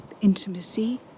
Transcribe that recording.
intimacy